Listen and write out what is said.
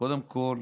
קודם כול